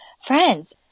friends